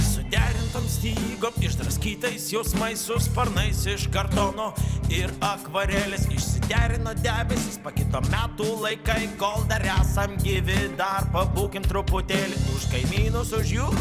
suderintom stygom išdraskytais jausmais su sparnais iš kartono ir akvarelės išsiderino debesys pakito metų laikai kol dar esam gyvi dar pabūkim truputėlį kaimynus už jų